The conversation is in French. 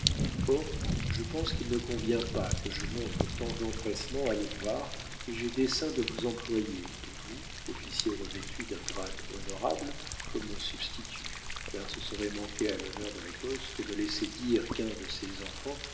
or je pense qu'il ne convient pas que je montre tant d'empressement à le voir et j'ai dessein de vous employer vous officier revêtu d'un grade honorable comme mon substitut car ce serait manquer à l'honneur de l'écosse que de laisser dire qu'un de ses enfants